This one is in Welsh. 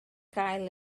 gael